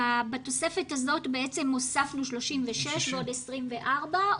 בתוספת הזאת בעצם הוספנו 36 ועוד 24,